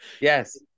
Yes